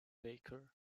baker